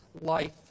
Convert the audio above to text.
life